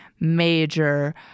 major